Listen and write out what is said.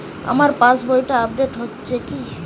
আমার পাশবইটা আপডেট হয়েছে কি?